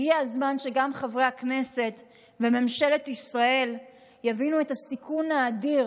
הגיע הזמן שגם חברי הכנסת וממשלת ישראל יבינו את הסיכון האדיר